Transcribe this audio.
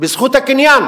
בזכות הקניין.